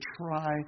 try